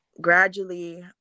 gradually